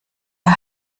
der